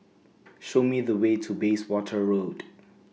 Show Me The Way to Bayswater Road